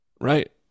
Right